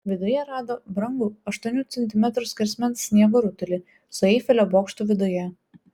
viduje rado brangų aštuonių centimetrų skersmens sniego rutulį su eifelio bokštu viduje